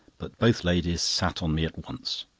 but both ladies sat on me at once.